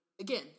again